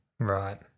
Right